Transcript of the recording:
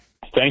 Thank